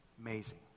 Amazing